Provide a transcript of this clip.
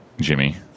Jimmy